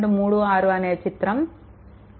36 అనే చిత్రంలో ఇదే 3